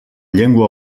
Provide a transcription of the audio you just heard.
llengua